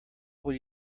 will